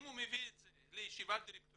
אם הוא מביא את זה לישיבת הדירקטוריון,